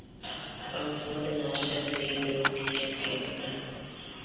फंफूदनाशक भी दू किसिम के होला